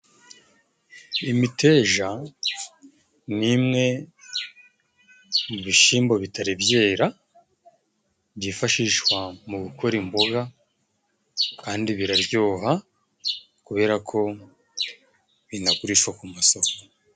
Imiteja ni imwe mu bishimbo bitari byera byifashishwa mu gukora imboga, kandi biraryoha kubera ko binagurishwa ku masoko.